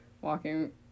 walking